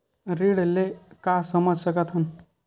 ऋण ले का समझ सकत हन?